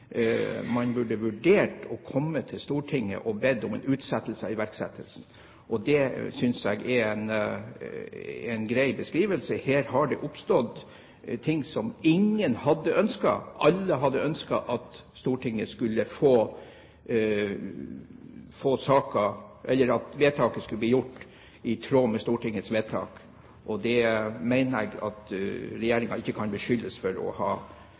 man burde vurdert å komme til Stortinget og be om utsettelse av iverksettelsen. Det synes jeg er en grei beskrivelse. Her har det oppstått ting som ingen hadde ønsket. Alle hadde ønsket at vedtaket skulle bli iverksatt, i tråd med Stortingets vedtak. Jeg mener at regjeringen ikke kan beskyldes for å ha